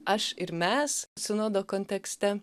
aš ir mes sinodo kontekste